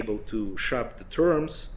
able to shop the terms